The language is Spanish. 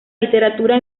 literatura